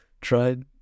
Tried